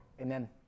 amen